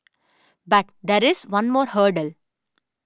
but there is one more hurdle